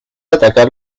atacar